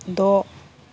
द'